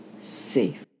safe